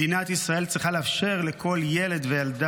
מדינת ישראל צריכה לאפשר לכל ילד וילדה